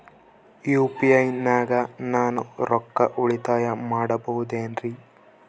UPI ನಾಗ ನಾನು ರೊಕ್ಕ ಉಳಿತಾಯ ಮಾಡಬಹುದೇನ್ರಿ?